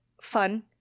fun